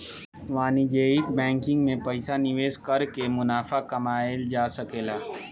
वाणिज्यिक बैंकिंग में पइसा निवेश कर के मुनाफा कमायेल जा सकेला